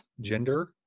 gender